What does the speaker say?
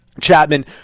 Chapman